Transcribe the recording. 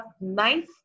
nice